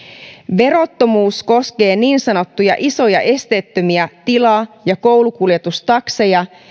verottomuus koskee niin sanottuja isoja esteettömiä tila ja koulukuljetustakseja